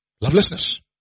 Lovelessness